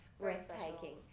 breathtaking